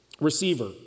Receiver